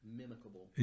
mimicable